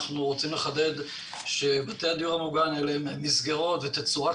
אנחנו רוצים לחדד שבתי הדיור המוגן אלה הם מסגרות ותצורת